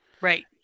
Right